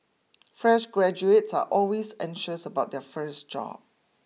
fresh graduates are always anxious about their first job